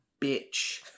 bitch